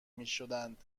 میشدند